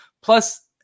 Plus